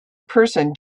person